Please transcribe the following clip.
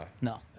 No